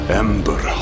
ember